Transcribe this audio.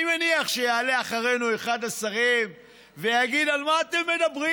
אני מניח שיעלה אחרינו אחד השרים ויגיד: על מה אתם מדברים,